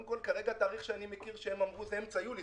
כרגע, התאריך שאני מכיר שהם אמרו זה אמצע יולי.